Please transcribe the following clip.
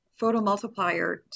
photomultiplier